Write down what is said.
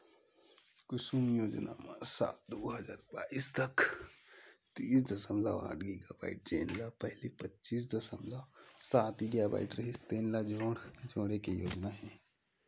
कुसुम योजना म साल दू हजार बाइस तक तीस दसमलव आठ गीगावाट जेन ल पहिली पच्चीस दसमलव सात गीगावाट रिहिस तेन ल जोड़े के योजना हे